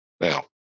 now